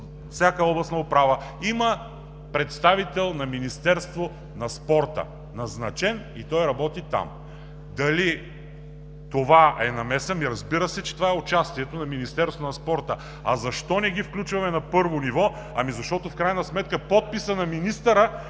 всяка областна управа има назначен представител на Министерството на спорта и той работи там. Дали това е намеса? Ами, разбира се, че това е участието на Министерството на спорта. А защо не ги включваме на първо ниво? Ами защото в крайна сметка подписът на министъра е